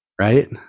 right